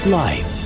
life